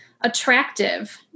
attractive